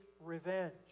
revenge